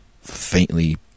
faintly